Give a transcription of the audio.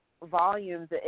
Volumes